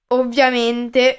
ovviamente